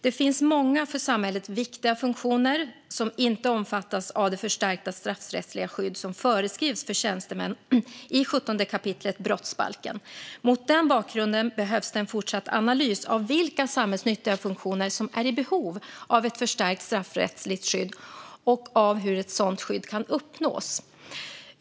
Det finns många för samhället viktiga funktioner som inte omfattas av det förstärkta straffrättsliga skydd som föreskrivs för tjänstemän i 17 kap. brottsbalken. Mot den bakgrunden behövs det en fortsatt analys av vilka samhällsnyttiga funktioner som är i behov av ett förstärkt straffrättsligt skydd och av hur ett sådant skydd kan uppnås.